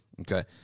Okay